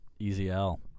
EZL